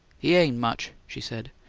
he ain't much, she said.